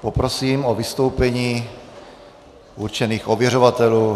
poprosím o vystoupení určených ověřovatelů.